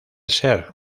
ser